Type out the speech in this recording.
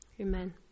Amen